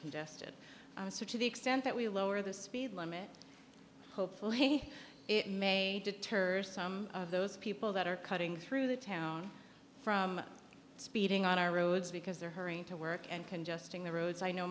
congested to the extent that we lower the speed limit hopefully it may deter some of those people that are cutting through the town from speeding on our roads because they're hurrying to work and congesting the roads i know